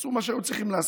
שעשו מה שהיו צריכים לעשות,